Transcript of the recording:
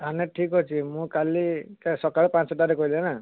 ତାହେଲେ ଠିକ୍ଅଛି ମୁଁ କାଲି ସକାଳ ପାଞ୍ଚଟାରେ କହିଲେ ନା